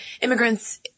immigrants